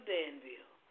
Danville